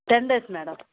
ten days madam